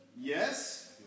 Yes